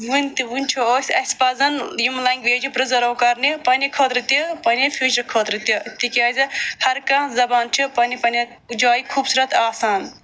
وٕنۍ تہِ وٕنہِ چھُو أسۍ اَسہِ پَزن یِمہٕ لنٛگویجہٕ پِرزٲرٕو کَرنہِ پنٛنہِ خٲطرٕ تہِ پنٛنہِ فیوٗچر خٲطرٕ تہِ تِکیٛازِ ہر کانٛہہ زبان چھِ پنٛنہِ پنٛنہِ جایہِ خوٗبصوٗرت آسان